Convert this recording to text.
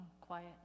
quiet